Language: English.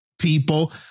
people